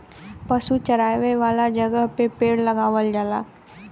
पशु चरावे वाला जगह पे पेड़ लगावल जाला